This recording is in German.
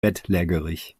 bettlägerig